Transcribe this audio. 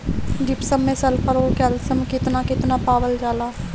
Gypsum मैं sulphur औरी calcium कितना कितना पावल जाला?